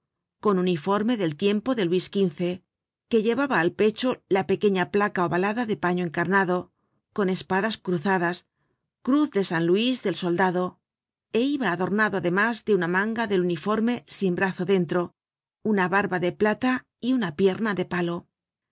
con uniforme del tiempo de luis xv que llevaba al pecho la pequeña placa ovalada de paño encarnado con espadas cruzadas cruz de san luis del soldado é iba adornado además de una manga del uniforme sin brazo dentro una barba de plata y una pierna de palo